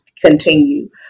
continue